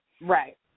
right